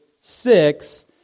six